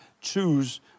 choose